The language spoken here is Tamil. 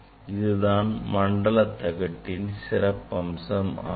இதுதான் மண்டல தகட்டின் சிறப்பம்சம் ஆகும்